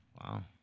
Wow